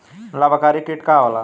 लाभकारी कीट का होला?